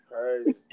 crazy